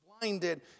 blinded